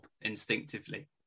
instinctively